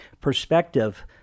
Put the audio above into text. perspective